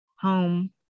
home